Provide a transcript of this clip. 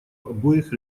обоих